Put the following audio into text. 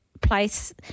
place